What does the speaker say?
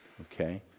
okay